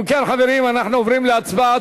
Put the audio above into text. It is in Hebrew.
אם כן, חברים, אנחנו עוברים להצבעה.